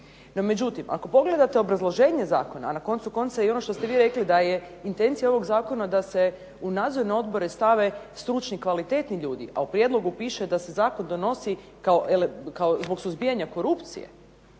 međutim, ako pogledate obrazloženje zakona a na koncu konca i ono što ste vi rekli da je intencija ovog zakona da se u nadzorne odbore stave stručni, kvalitetni ljudi a u prijedlogu piše da se zakon donosi kao zbog suzbijanja korupcije.